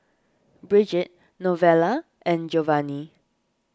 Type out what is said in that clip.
Bridgette Novella and Geovanni